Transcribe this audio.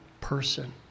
person